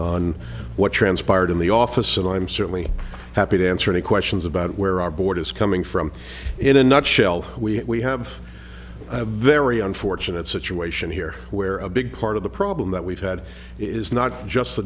on what transpired in the office and i'm certainly happy to answer any questions about where our board is coming from in a nutshell we have a very unfortunate situation here where a big part of the problem that we've had is not just the